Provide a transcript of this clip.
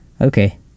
Okay